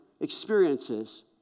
experiences